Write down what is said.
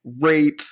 rape